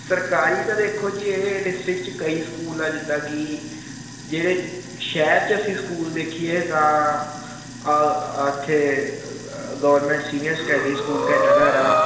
ਸਰਕਾਰੀ ਤਾਂ ਦੇਖੋ ਜੀ ਇਹ ਡਿਸਟ੍ਰਿਕਟ 'ਚ ਕਈ ਸਕੂਲ ਆ ਜਿੱਦਾਂ ਕਿ ਜਿਹੜੇ ਸ਼ਹਿਰ ਚ ਅਸੀਂ ਸਕੂਲ ਦੇਖੀਏ ਤਾਂ ਇਥੇ government senior secondary school category ਆ ਹੋਰ ਆਪਣਾ ਤੁਹਾਨੂੰ